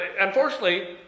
unfortunately